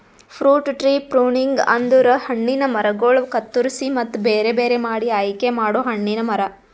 fruit tree pruning ಅಂದುರ್ ಹಣ್ಣಿನ ಮರಗೊಳ್ ಕತ್ತುರಸಿ ಮತ್ತ ಬೇರೆ ಬೇರೆ ಮಾಡಿ ಆಯಿಕೆ ಮಾಡೊ ಹಣ್ಣಿನ ಮರ